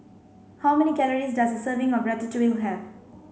how many calories does a serving of Ratatouille have